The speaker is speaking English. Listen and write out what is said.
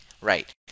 right